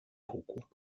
iroquois